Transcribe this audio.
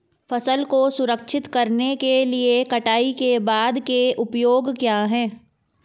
फसल को संरक्षित करने के लिए कटाई के बाद के उपाय क्या हैं?